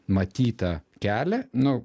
matytą kelią nu